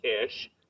cash